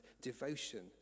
devotion